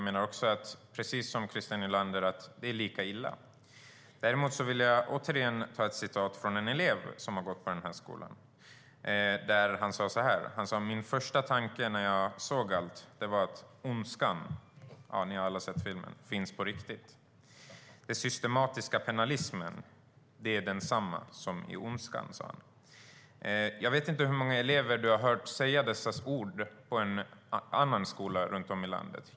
Precis som Christer Nylander menar jag att det är lika illa. Jag vill ännu en gång återge vad en elev som har gått på skolan har berättat. Han sa att hans första tanke när han såg allt var att Ondskan - ni har alla sett filmen - finns på riktigt. Den systematiska pennalismen är densamma som i Ondskan . Jag vet inte hur många elever som du, Christer Nylander, har hört säga dessa ord på någon annan skola runt om i landet.